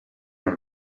are